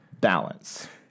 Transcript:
Balance